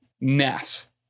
Ness